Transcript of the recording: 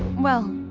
well,